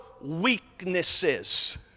weaknesses